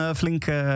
flinke